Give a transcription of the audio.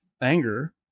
anger